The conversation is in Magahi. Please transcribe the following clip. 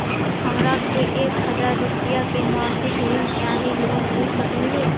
हमरा के एक हजार रुपया के मासिक ऋण यानी लोन मिल सकली हे?